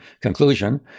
conclusion